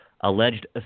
alleged